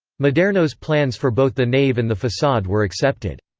maderno's plans for both the nave and the facade were accepted.